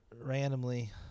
randomly